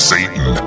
Satan